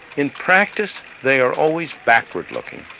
in practice, they are always backward-looking,